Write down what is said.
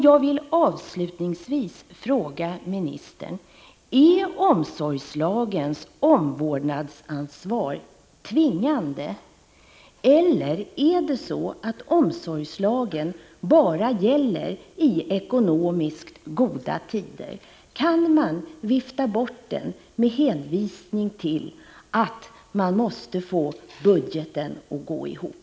Jag vill avslutningsvis fråga ministern: Är omsorgslagens omvårdnadsansvar tvingande, eller är det så att omsorgslagen bara gäller i ekonomiskt goda tider? Kan man vifta bort den med hänvisning till att man först måste få budgeten att gå ihop?